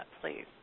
please